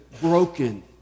broken